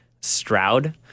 Stroud